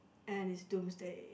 and it's doomsday